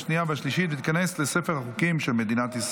בעד, 22, אין מתנגדים.